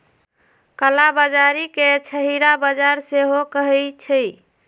कला बजारी के छहिरा बजार सेहो कहइ छइ